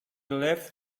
left